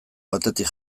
batetik